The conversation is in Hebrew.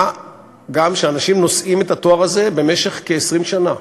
גם כשאנשים נושאים את התואר הזה במשך כ-20 שנה.